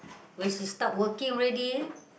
when she start working already